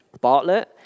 Bartlett